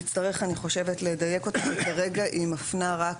נצטרך לדייק אותה כי כרגע היא מפנה רק